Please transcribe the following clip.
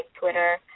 Twitter